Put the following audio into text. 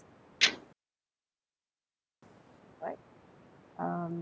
ya mmhmm alright um